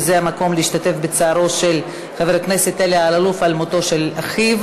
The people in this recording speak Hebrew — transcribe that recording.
וזה המקום להשתתף בצערו של חבר הכנסת אלי אלאלוף על מות אחיו,